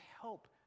help